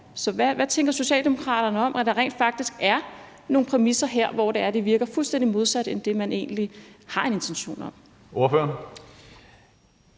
Så hvad tænker Socialdemokraterne om, at der rent faktisk er nogle præmisser her, der virker fuldstændig modsat i forhold til det, man egentlig har en intention om? Kl.